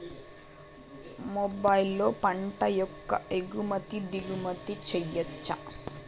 మొబైల్లో పంట యొక్క ఎగుమతి దిగుమతి చెయ్యచ్చా?